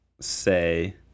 say